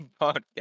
Podcast